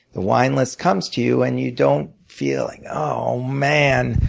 the wine list comes to you and you don't feel like oh, man,